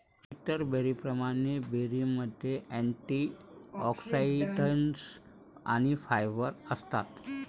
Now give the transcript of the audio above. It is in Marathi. इतर बेरींप्रमाणे, बेरीमध्ये अँटिऑक्सिडंट्स आणि फायबर असतात